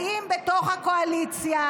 האם בתוך הקואליציה